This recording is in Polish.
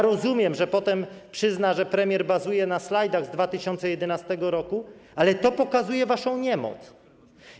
Rozumiem, że potem przyzna, że premier bazuje na slajdach z 2011 r., ale to pokazuje waszą niemoc.